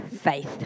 faith